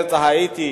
בהאיטי,